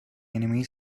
enemies